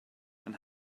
and